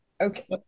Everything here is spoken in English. okay